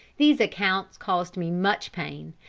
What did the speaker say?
these accounts caused me much pain,